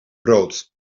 brood